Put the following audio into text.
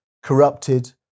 Corrupted